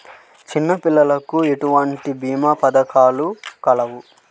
చిన్నపిల్లలకు ఎటువంటి భీమా పథకాలు కలవు?